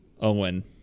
owen